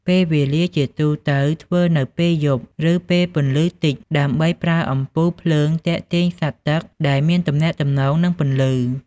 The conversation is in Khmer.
ពេលវេលា ជាទូទៅធ្វើនៅពេលយប់ ឬពេលពន្លឺតិច ដើម្បីប្រើអំពូលភ្លើងទាក់ទាញសត្វទឹកដែលមានទំនាក់ទំនងនឹងពន្លឺ។